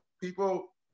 people